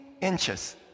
inches